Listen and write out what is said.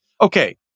Okay